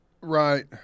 Right